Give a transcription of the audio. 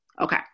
Okay